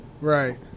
right